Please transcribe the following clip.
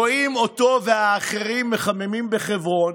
רואים אותו ואחרים מחממים בחברון